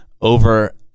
over